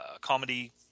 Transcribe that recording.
comedy